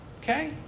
Okay